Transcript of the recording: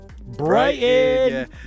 Brighton